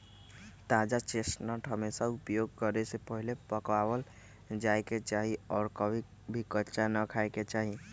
ताजा चेस्टनट हमेशा उपयोग करे से पहले पकावल जाये के चाहि और कभी भी कच्चा ना खाय के चाहि